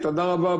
תודה רבה.